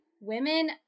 women